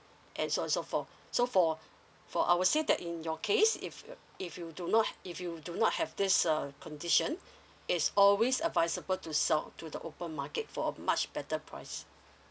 and so on so forth so for for I would say that in your case if if you do not if you do not have this uh condition it's always advisable to sell to the open market for a much better price